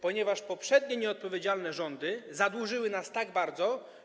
Ponieważ poprzednie nieodpowiedzialne rządy zadłużyły nas bardzo.